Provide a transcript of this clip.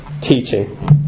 teaching